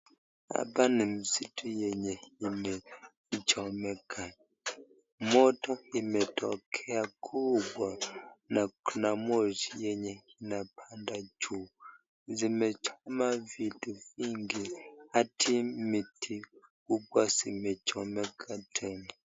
Hapa ni msitu yenye imechomeka .moto imetokea kubwa na Moshi yenye inabanda juu . Imechoma vitu mingi hadi miti mikubwa zimechomeka tena.